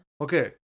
Okay